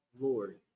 Lord